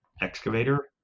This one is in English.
Excavator